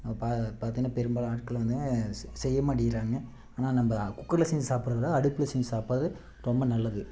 ப பார்த்திங்கன்னா பெரும்பாலும் ஆட்கள் வந்து செய்ய மாட்டேங்கிறாங்க ஆனால் நம்ம குக்கரில் செஞ்சு சாப்பிட்றத விட அடுப்பில் செஞ்சு சாப்பிட்றது ரொம்ப நல்லது